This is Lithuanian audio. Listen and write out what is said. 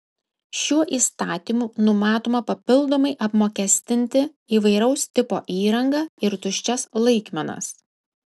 šiuo įstatymu numatoma papildomai apmokestinti įvairaus tipo įrangą ir tuščias laikmenas